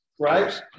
right